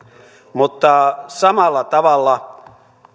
mutta samalla tavalla